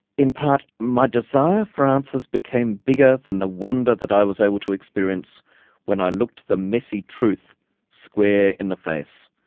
in part, my desire for answers became bigger than the wonder that i was able to experience when i looked the messy truth square in the face.